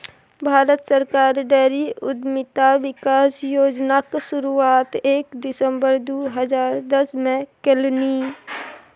भारत सरकार डेयरी उद्यमिता विकास योजनाक शुरुआत एक सितंबर दू हजार दसमे केलनि